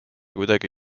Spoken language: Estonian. kuidagi